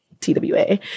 TWA